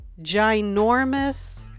ginormous